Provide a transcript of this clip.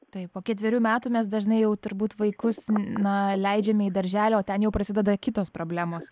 tai po ketverių metų mes dažnai jau turbūt vaikus na leidžiame į darželį o ten jau prasideda kitos problemos